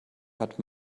hat